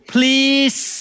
Please